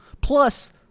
Plus